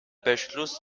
beschluss